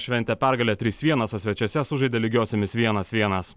šventė pergalę trys vienas o svečiuose sužaidė lygiosiomis vienas vienas